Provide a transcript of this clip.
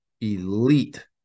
elite